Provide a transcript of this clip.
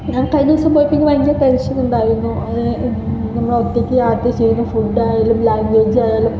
ഞാന് കഴിഞ്ഞ ദിവസം പോയപ്പോൾ എനിക്ക് ഭയങ്കര ടെന്ഷനുണ്ടായിരുന്നു നമ്മള് ഒറ്റക്ക് യാത്ര ചെയ്യുമ്പോൾ ഫുഡായാലും ലാംഗ്വേജായാലും